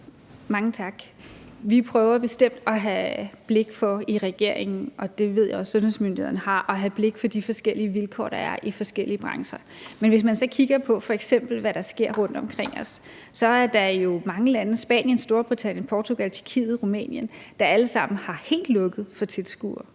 Mange tak. Vi prøver bestemt i regeringen – og det ved jeg også at sundhedsmyndighederne gør – at have blik for de forskellige vilkår, der er i forskellige brancher. Men hvis man så f.eks. kigger på, hvad der sker rundt omkring os, er der jo mange lande – Spanien, Storbritannien, Portugal, Tjekkiet, Rumænien – der alle sammen har helt lukket for tilskuere.